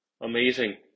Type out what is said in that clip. amazing